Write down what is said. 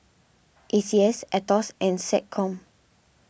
A C S Aetos and SecCom